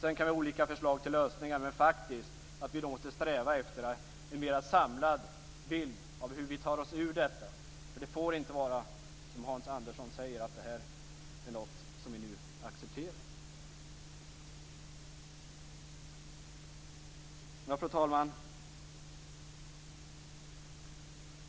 Sedan kan vi ha olika förslag till lösningar, men vi måste nog faktiskt sträva efter en mer samlad bild av hur vi skall ta oss ur detta. Det får inte vara så som Hans Andersson säger, att detta är något vi nu accepterar. Fru talman!